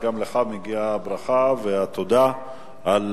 וגם לך מגיעות הברכה והתודה על